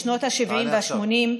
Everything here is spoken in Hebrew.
בשנות השבעים והשמונים,